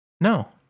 No